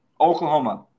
Oklahoma